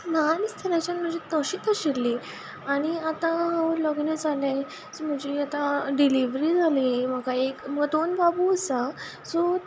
ल्हान आसतनाच्यान म्हजें तशीच आशिल्ली आनी आतां हांव लग्न जालें सो म्हजी आतां डिलीवरी जाली म्हाका एक दोन बाबू आसा सो